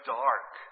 dark